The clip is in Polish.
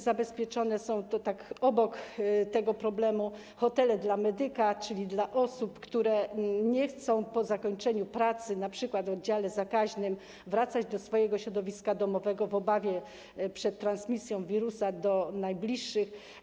Zabezpieczone są również, to tak obok tego problemu, hotele dla medyków, czyli dla osób, które nie chcą po zakończeniu pracy, np. w oddziale zakaźnym, wracać do swojego środowiska domowego w obawie przed transmisją wirusa do najbliższych.